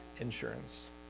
insurance